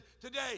today